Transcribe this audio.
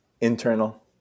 internal